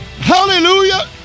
Hallelujah